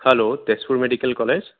hello Tezpur medical college